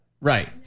Right